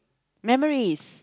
memories